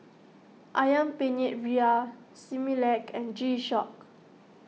Ayam Penyet Ria Similac and G Shock